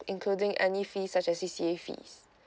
including any fees such as C_C_A fees